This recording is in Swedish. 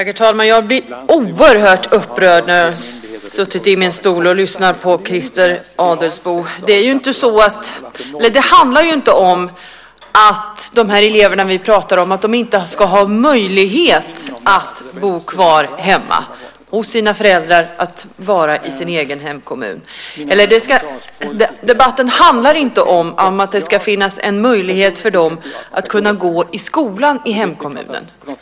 Herr talman! Jag blir oerhört upprörd när jag sitter i min stol och lyssnar på Christer Adelsbo. Det handlar inte om att de elever vi pratar om inte ska ha möjlighet att bo kvar hemma, hos sina föräldrar i sin egen hemkommun. Debatten handlar inte om att det ska finnas en möjlighet för dem att gå i skolan i hemkommunen.